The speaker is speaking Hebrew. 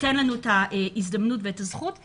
ייתן לנו את ההזדמנות ואת הזכות.